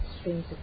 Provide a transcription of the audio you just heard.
streams